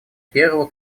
первого